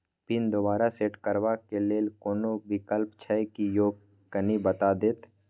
Pin दोबारा set करबा के लेल कोनो विकल्प छै की यो कनी बता देत?